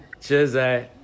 Cheers